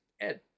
Ed